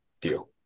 deal